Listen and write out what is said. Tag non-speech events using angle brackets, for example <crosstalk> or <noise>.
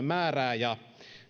<unintelligible> määrää ja